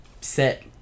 Set